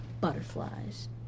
butterflies